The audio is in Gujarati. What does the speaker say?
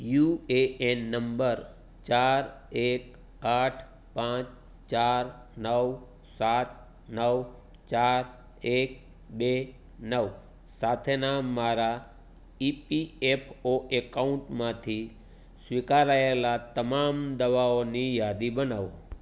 યુ એ એન નંબર ચાર એક આઠ પાંચ ચાર નવ સાત નવ ચાર એક બે નવ સાથેના મારા ઇ પી એફ ઓ એકાઉન્ટમાંથી સ્વીકારયેલા તમામ દાવાઓની યાદી બનાવો